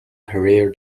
rear